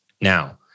Now